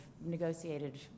negotiated